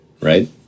right